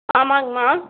ஆமாங்கம்மா